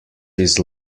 his